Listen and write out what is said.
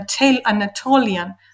Anatolian